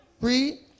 Read